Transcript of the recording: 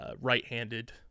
right-handed